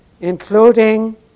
including